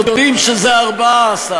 יודעים שזה 14,